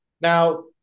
Now